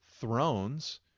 thrones